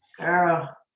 Girl